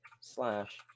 slash